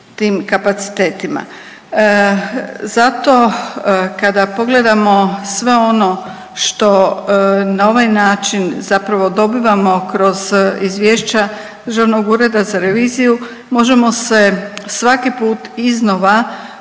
tim kapacitetima. Zato kada pogledamo sve ono što na ovaj način zapravo dobivamo kroz izvješća Državnog ureda za reviziju možemo se svaki put iznova